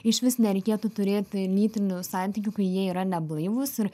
išvis nereikėtų turėti lytinių santykių kai jie yra neblaivūs ir